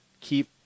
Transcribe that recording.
keep